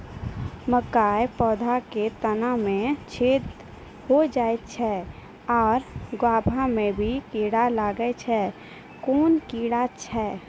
मकयक पौधा के तना मे छेद भो जायत छै आर गभ्भा मे भी कीड़ा लागतै छै कून कीड़ा छियै?